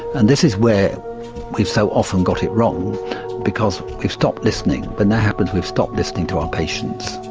and this is where we've so often got it wrong because we've stopped listening, when that happens we've stopped listening to our patients.